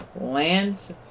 Lance